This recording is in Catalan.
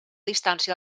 distància